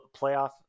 playoff